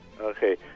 Okay